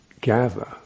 gather